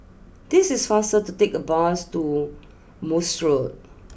it is faster to take the bus to Morse Road